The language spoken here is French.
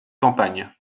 campagne